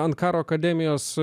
ant karo akademijos